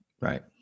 right